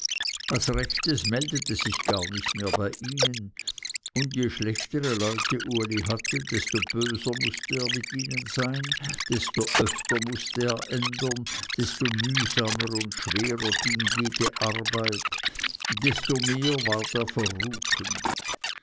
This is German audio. was rechtes meldete sich gar nicht mehr bei ihnen und je schlechtere leute uli hatte desto böser mußte er mit ihnen sein desto öfter mußte er ändern desto mühsamer und schwerer ging jede arbeit desto mehr ward er verrufen